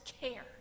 care